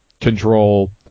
control